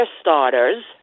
starters